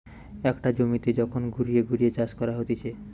একটা জমিতে যখন ঘুরিয়ে ঘুরিয়ে চাষ করা হতিছে